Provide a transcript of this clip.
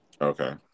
okay